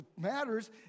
matters